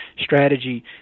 strategy